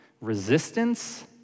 resistance